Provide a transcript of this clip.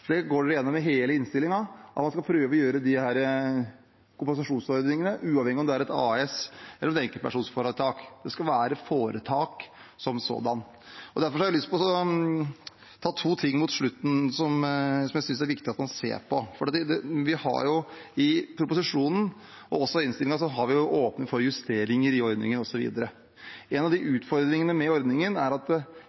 det på tvers. Det er også viktig å si at det er uavhengig av selskapsform. Det går igjen i hele innstillingen at vi prøver å gjøre disse kompensasjonsordningene uavhengige av om det er et AS eller et enkeltpersonforetak. Det skal være et foretak som sådant. Jeg har lyst til å ta opp to ting mot slutten som jeg synes det er viktig at man ser på. Vi har jo i proposisjonen, og også i innstillingen, åpning for justeringer i ordningen. En av